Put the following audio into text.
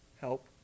help